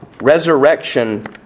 Resurrection